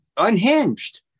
unhinged